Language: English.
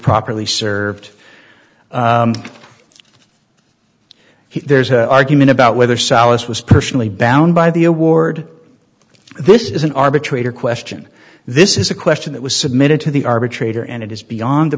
properly served he there's an argument about whether salis was personally bound by the award this is an arbitrator question this is a question that was submitted to the arbitrator and it is beyond the